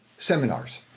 seminars